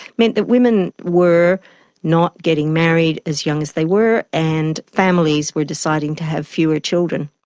meant that women were not getting married as young as they were, and families were deciding to have fewer children.